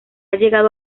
llegado